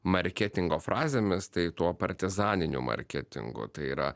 marketingo frazėmis tai tuo partizaniniu marketingu tai yra